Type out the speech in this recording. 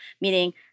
meaning